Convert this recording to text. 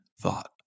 thought